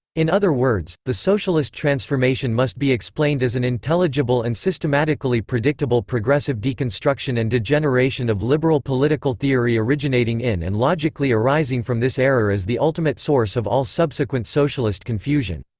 in other words, the socialist transformation must be explained as an intelligible and systematically predictable progressive deconstruction and degeneration of liberal political theory originating in and logically arising from this error as the ultimate source of all subsequent socialist confusion.